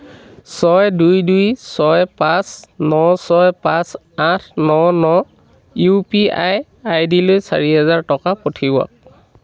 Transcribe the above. ছয় দুই দুই ছয় পাঁচ ন ছয় পাঁচ আঠ ন ন ইউ পি আই আই ডিলৈ চাৰি হাজাৰ টকা পঠিয়াওক